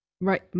Right